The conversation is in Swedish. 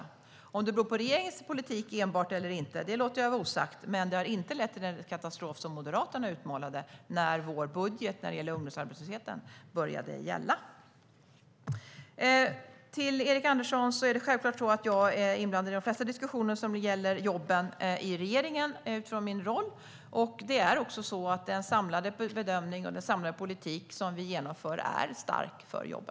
Om detta enbart beror på regeringens politik eller inte låter jag vara osagt, men sänkningen har inte lett till den katastrof när det gäller ungdomsarbetslösheten som Moderaterna utmålade när vår budget började gälla. Till Erik Andersson: Utifrån min roll är jag självfallet inblandad i de flesta diskussioner i regeringen som gäller jobben. Den samlade bedömning och politik som vi genomför för jobben är stark.